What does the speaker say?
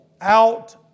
out